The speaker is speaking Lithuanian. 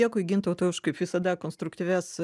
dėkui gintautai už kaip visada konstruktyvias